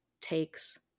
takes